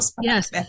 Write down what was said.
Yes